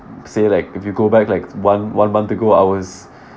say like if you go back like one one month ago I was